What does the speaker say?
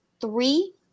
three